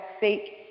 seek